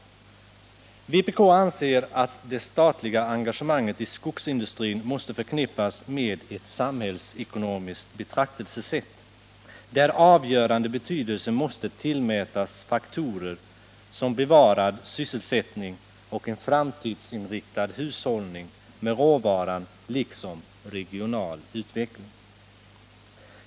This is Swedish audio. Vpk anser att det statliga engagemanget i skogsindustrin måste förknippas med ett samhällsekonomiskt betraktelsesätt, där avgörande betydelse måste tillmätas faktorer som bevarad sysselsättning och en framtidsinriktad hushållning med råvaran liksom regional utveckling.